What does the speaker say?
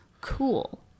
cool